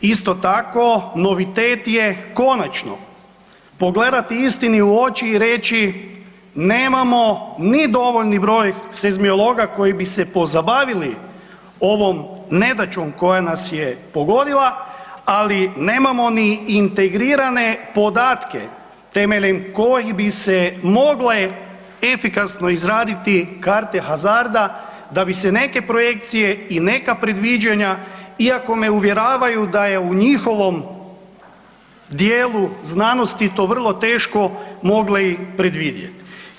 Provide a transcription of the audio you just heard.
Isto tako, novitet je konačno pogledati istini u oči i reći nemamo ni dovoljni broj seizmologa koji bi se pozabavili ovom nedaćom koja nas je pogodila, ali nemamo ni integrirane podatke temeljem kojih bi se mogle efikasno izraditi karte HAZARD-a da bi se neke projekcije i neka predviđanja iako me uvjeravaju da je u njihovom dijelu znanosti to vrlo teško mogli predvidjeti.